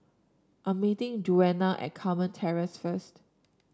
I'm meeting Djuana at Carmen Terrace first